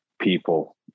people